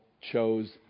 chose